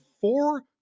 four